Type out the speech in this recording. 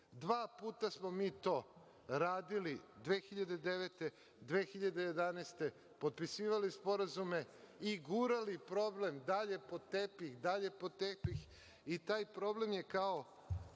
puta smo mi to radili 2009. i 2011. godine, potpisivali sporazume i gurali problem dalje pod tepih, dalje pod tepih i taj problem je kao